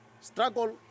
struggle